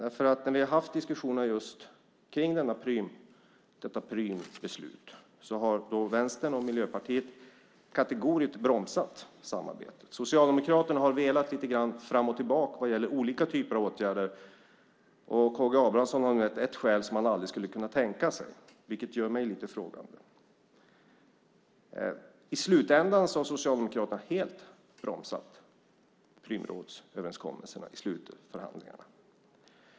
I våra diskussioner om Prümbeslutet har Vänstern och Miljöpartiet kategoriskt bromsat samarbetet. Socialdemokraterna har velat lite grann fram och tillbaka vad gäller olika typer av åtgärder. K G Abramsson har angett ett skäl som han aldrig skulle kunna tänka sig, vilket gör mig lite frågande. I slutändan har Socialdemokraterna helt bromsat Prümrådsöverenskommelserna i slutförhandlingarna.